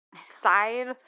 side